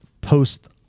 post